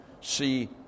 see